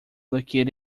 located